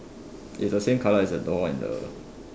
is the same colour as the door and the